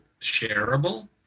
shareable